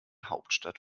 hauptstadt